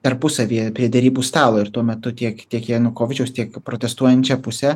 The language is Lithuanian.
tarpusavyje prie derybų stalo ir tuo metu tiek tiek janukovyčiaus tiek protestuojančią pusę